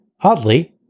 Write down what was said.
Oddly